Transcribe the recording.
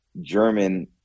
German